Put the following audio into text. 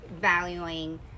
valuing